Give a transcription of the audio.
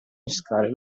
pescare